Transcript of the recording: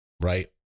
right